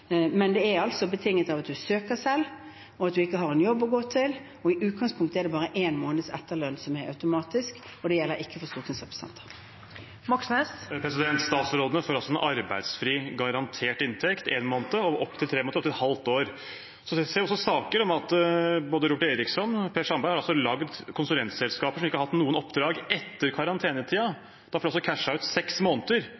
Men det er betinget av at man søker selv, og at man ikke har en jobb å gå til, og i utgangpunktet er det bare én måneds etterlønn som er automatisk, og det gjelder ikke for stortingsrepresentanter. Statsrådene får altså en arbeidsfri garantert inntekt i en måned – og opptil et halvt år. Vi har også sett saker om at både Robert Eriksson og Per Sandberg har laget konsulentselskaper som ikke har hatt noen oppdrag etter